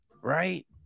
Right